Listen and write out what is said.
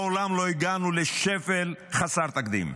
מעולם לא הגענו לשפל חסר תקדים,